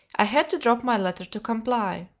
i had to drop my letter to comply.